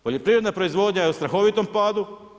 Poljoprivredna proizvodnja je u strahovitom padu.